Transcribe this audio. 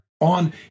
on